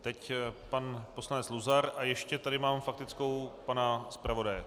Teď pan poslanec Luzar a ještě tady mám faktickou pana zpravodaje.